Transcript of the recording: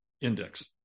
index